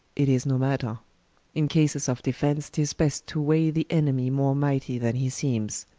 it is no matter in cases of defence, tis best to weigh the enemie more mightie then he seemes,